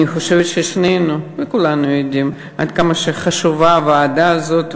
אני חושבת ששתינו וכולנו יודעים עד כמה חשובה ועדה זו,